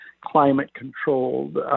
climate-controlled